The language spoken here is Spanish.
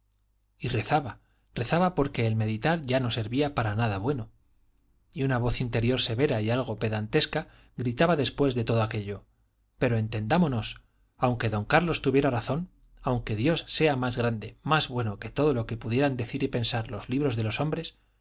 y rezaba rezaba porque el meditar ya no servía para nada bueno y una voz interior severa y algo pedantesca gritaba después de todo aquello pero entendámonos aunque don carlos tuviera razón aunque dios sea más grande más bueno que todo lo que pudieran decir y pensar los libros de los hombres